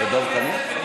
בדימוס.